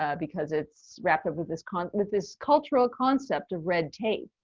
ah because it's rapid with this con with this cultural concept of red tape,